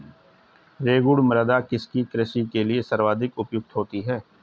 रेगुड़ मृदा किसकी कृषि के लिए सर्वाधिक उपयुक्त होती है?